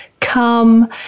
come